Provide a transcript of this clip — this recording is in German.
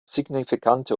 signifikante